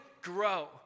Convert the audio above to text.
grow